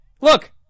Look